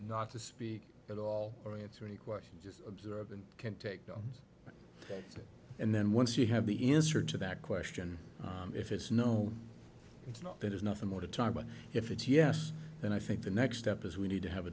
not to speak at all or answer any questions just observe and can take it and then once you have the answer to that question if it's no it's not there's nothing more to time but if it's yes then i think the next step is we need to have a